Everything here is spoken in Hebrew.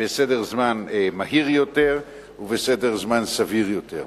בסדר זמן מהיר יותר ובסדר זמן סביר יותר.